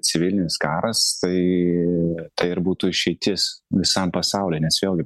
civilinis karas tai ir būtų išeitis visam pasauliui nes vėlgi